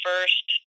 first